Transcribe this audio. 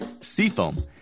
Seafoam